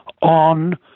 on